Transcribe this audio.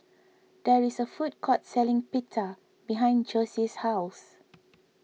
there is a food court selling Pita behind Jossie's house